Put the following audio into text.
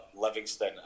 Livingston